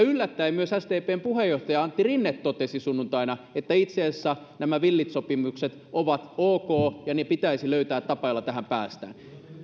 yllättäen myös sdpn puheenjohtaja antti rinne totesi sunnuntaina että itse asiassa nämä villit sopimukset ovat ok ja pitäisi löytää tapa jolla tähän päästään